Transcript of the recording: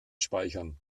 speichern